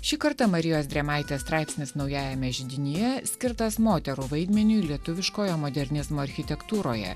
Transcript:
šį kartą marijos drėmaitės straipsnis naujajame židinyje skirtas moterų vaidmeniui lietuviškojo modernizmo architektūroje